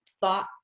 thought